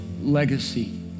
legacy